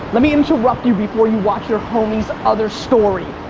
let me interrupt you before you watch your homies other story.